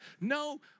no